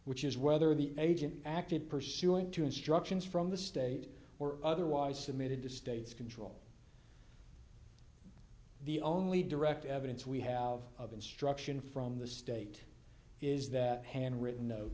which is whether the agent acted pursuant to instructions from the state or otherwise submitted to state's control the only direct evidence we have of instruction from the state is that hand written